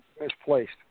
misplaced